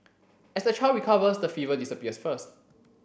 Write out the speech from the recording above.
as the child recovers the fever disappears first